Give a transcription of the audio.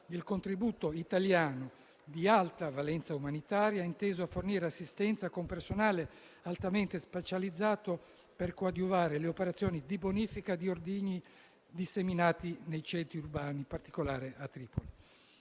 il contributo italiano di alta valenza umanitaria inteso a fornire assistenza, con personale altamente specializzato per coadiuvare le operazioni di bonifica di ordigni disseminati nei centri urbani, in particolare a Tripoli.